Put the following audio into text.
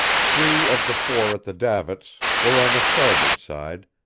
three of the four at the davits were on the starboard side,